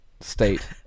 state